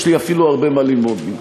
יש לי אפילו הרבה מה ללמוד ממך,